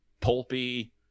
pulpy